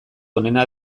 onena